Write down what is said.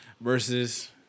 versus